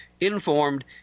informed